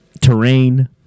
terrain